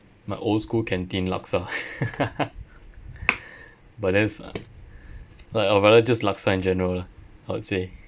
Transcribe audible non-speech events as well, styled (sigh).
my old school canteen laksa (laughs) but then it's uh like or rather just laksa in general lah I would say